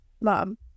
mom